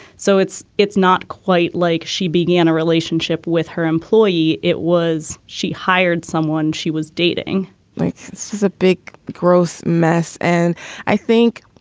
so it's it's not quite like she began a relationship with her employee. it was she hired someone she was dating is a big growth mess. and i think